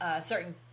certain